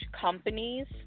companies